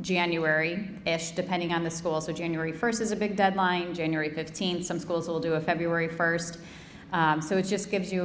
january depending on the school so january first is a big deadline january fifteenth some schools will do a february first so it just gives you